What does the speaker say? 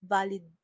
valid